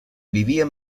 vivia